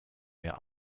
mir